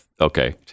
Okay